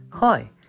Hi